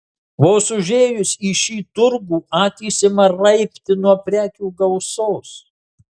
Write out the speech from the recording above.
vos užėjus į šį turgų akys ima raibti nuo prekių gausos